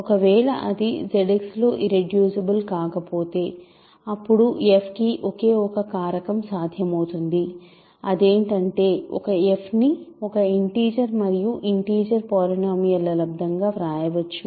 ఒకవేళ అది ZX లో ఇర్రెడ్యూసిబుల్ కాకపోతే అప్పుడు f కి ఒకే ఒక కారకం సాధ్యమవుతుంది అదేంటంటే ఒక f ని ఒక ఇంటిజర్ మరియు ఇంటిజర్ పాలినోమియల్ ల లబ్దం గా వ్రాయవచ్చు